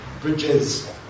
bridges